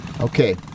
Okay